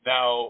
Now